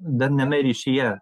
darniame ryšyje